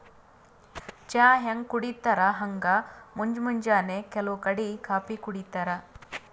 ಚಾ ಹ್ಯಾಂಗ್ ಕುಡಿತರ್ ಹಂಗ್ ಮುಂಜ್ ಮುಂಜಾನಿ ಕೆಲವ್ ಕಡಿ ಕಾಫೀ ಕುಡಿತಾರ್